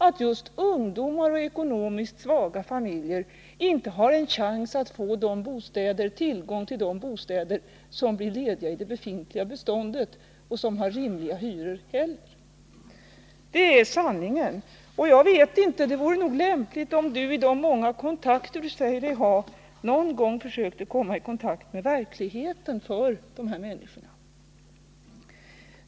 Men just ungdomar och familjer med svag ekonomi har inte en chans att få tillgång till de bostäder som blir lediga i det befintliga beståndet och som har rimliga hyror. Det vore lämpligt om Birgit Friggebo vid någon av de många kontakter som hon säger sig ha försökte komma i kontakt med det som är verklighet för de här människorna.